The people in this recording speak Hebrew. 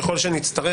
ככל שנצטרך,